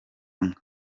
nka